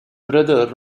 brother